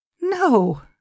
No